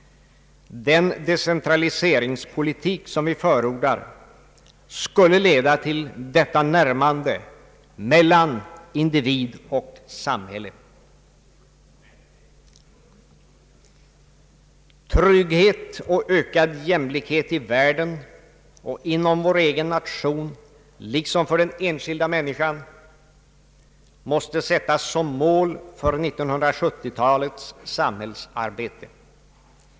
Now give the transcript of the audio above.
Den decentraliseringspolitik som vi förordar skulle leda till detta närmande mellan individ och samhälle. Trygghet och ökad jämlikhet i världen och inom vår egen nation liksom för den enskilda människan måste sättas som mål för 1970-talets samhällsarbete.